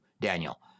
Daniel